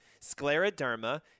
Scleroderma